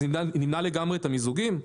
אז נמנע לגמרי את המיזוגים?